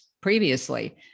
previously